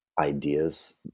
ideas